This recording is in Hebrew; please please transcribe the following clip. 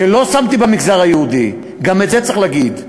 שלא שמתי למגזר היהודי, גם את זה צריך להגיד.